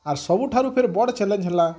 ଆର୍ ସବୁଠାରୁ ଫେର୍ ବଡ଼୍ ଚ୍ୟାଲେଞ୍ଜ ହେଲା